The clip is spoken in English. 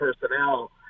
personnel